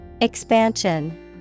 Expansion